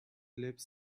lips